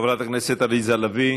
חברת הכנסת עליזה לביא,